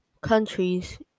countries